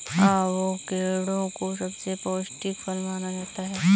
avocado को सबसे पौष्टिक फल माना जाता है